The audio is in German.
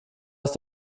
ist